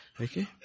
Okay